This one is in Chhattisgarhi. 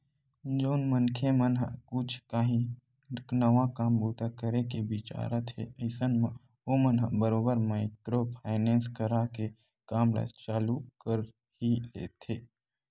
जउन मनखे मन ह कुछ काही नवा काम बूता करे के बिचारत हे अइसन म ओमन ह बरोबर माइक्रो फायनेंस करा के काम ल चालू कर ही लेथे